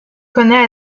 connaît